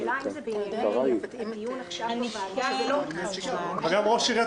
השאלה אם זה --- אבל גם ראש עיריית